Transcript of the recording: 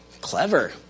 Clever